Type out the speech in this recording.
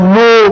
no